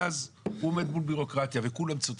ואז הוא עומד מול בירוקרטיה וכולם צודקים.